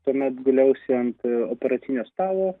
tuomet guliausi ant operacinio stalo